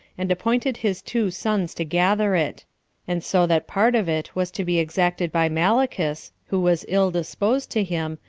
and appointed his two sons to gather it and so that part of it was to be exacted by malichus, who was ill disposed to him,